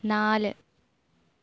നാല്